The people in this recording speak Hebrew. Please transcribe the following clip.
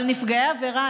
אבל נפגעי העבירה,